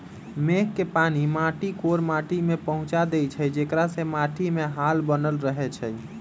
मेघ के पानी माटी कोर माटि में पहुँचा देइछइ जेकरा से माटीमे हाल बनल रहै छइ